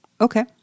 Okay